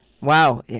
Wow